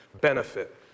benefit